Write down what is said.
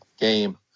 game